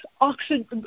oxygen